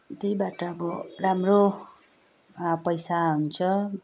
त्यहीबाट अब राम्रो पैसा हुन्छ